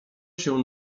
się